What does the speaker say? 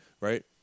right